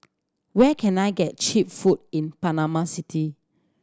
where can I get cheap food in Panama City